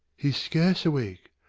he's scarce awake.